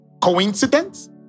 Coincidence